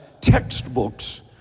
textbooks